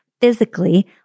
physically